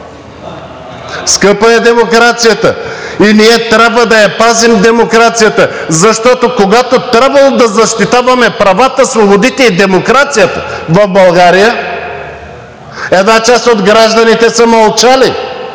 Скъпа е демокрацията и ние трябва да я пазим демокрацията, защото, когато е трябвало да защитаваме правата, свободите и демокрацията в България, една част от гражданите са мълчали